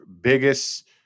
biggest